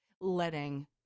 letting